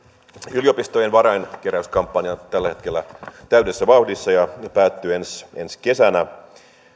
yliopistojen varainkeräyskampanja on tällä hetkellä täydessä vauhdissa ja päättyy ensi kesänä